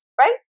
right